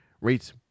rates